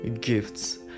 gifts